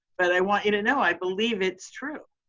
but i want you to know, i believe it's true.